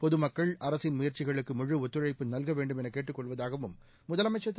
பொதுமக்கள் அரசின் முயற்சிகளுக்கு முழுத்துழைப்பு நல்க வேண்டும் என கேட்டுக் கொள்வதாகவும் முதலமைச்சர் திரு